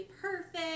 perfect